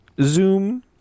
Zoom